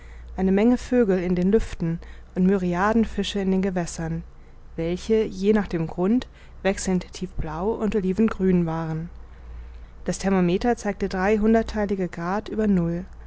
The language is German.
eine menge vögel in den lüften und myriaden fische in den gewässern welche je nach dem grund wechselnd tiefblau und olivengrün waren das thermometer zeigte drei hunderttheilige grad über null